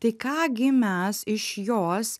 tai ką gi mes iš jos